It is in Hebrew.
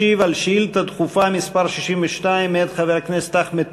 ישיב על שאילתה דחופה מס' 62 מאת חבר הכנסת אחמד